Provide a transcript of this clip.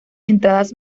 entradas